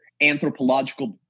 anthropological